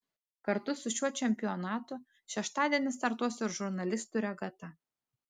kartu su šiuo čempionatu šeštadienį startuos ir žurnalistų regata